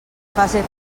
fase